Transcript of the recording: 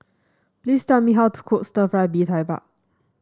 please tell me how to cook stir fry Bee Tai Bak